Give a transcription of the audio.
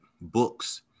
books